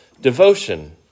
devotion